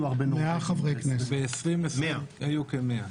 היו כ-100.